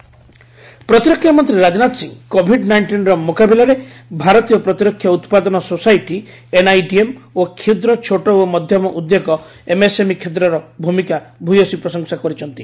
Rajnath NIDM MSME ପ୍ରତିରକ୍ଷା ମନ୍ତ୍ରୀ Rajnath Singh Covid ନାଇଣ୍ଟିନର ମ୍ରକାବିଲାରେ ଭାରତୀୟ ପ୍ରତିରକ୍ଷା ଉତ୍ପାଦନ ସୋସାଇଟି ଏନ୍ଆଇଡିଏମ୍ ଓ କ୍ଷୁଦ୍ର ଛୋଟ ଓ ମଧ୍ୟମ ଉଦ୍ୟୋଗ ଏମ୍ଏସ୍ଏମ୍ଇ କ୍ଷେତ୍ରର ଭୂମିକାର ଭ୍ରମସୀ ପ୍ରଶଂସା କରିଛନ୍ତି